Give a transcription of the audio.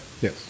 Yes